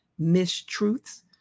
mistruths